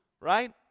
Right